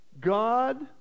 God